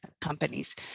companies